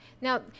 now